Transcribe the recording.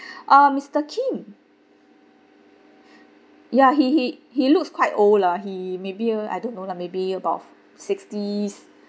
ah mister kim ya he he he looks quite old lah he maybe uh I don't know lah maybe above sixties